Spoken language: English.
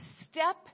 step